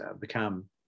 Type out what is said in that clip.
become